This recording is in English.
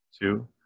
two